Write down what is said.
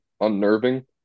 unnerving